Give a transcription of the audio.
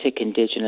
indigenous